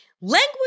language